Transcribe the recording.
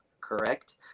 correct